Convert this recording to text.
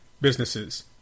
businesses